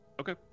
Okay